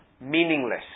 meaningless